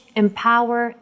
empower